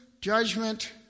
judgment